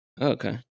Okay